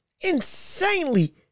insanely